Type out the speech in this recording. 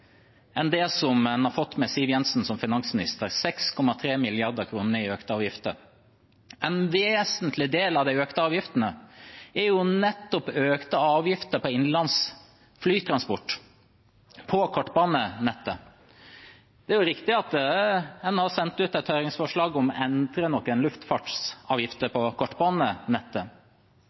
enn det man har fått med Siv Jensen som finansminister – 6,3 mrd. kr i økte avgifter. En vesentlig del av de økte avgiftene er nettopp økte avgifter på innenlands flytransport på kortbanenettet. Det er riktig at en har sendt ut et høringsforslag om å endre noen luftfartsavgifter når det gjelder kortbanenettet,